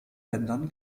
ländern